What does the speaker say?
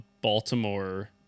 Baltimore